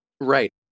right